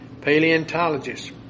Paleontologists